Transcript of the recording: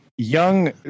Young